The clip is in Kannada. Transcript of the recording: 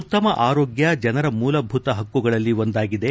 ಉತ್ತಮ ಆರೋಗ್ಯ ಜನರ ಮೂಲಭೂತ ಹಕ್ಕುಗಳಲ್ಲಿ ಒಂದಾಗಿದೆ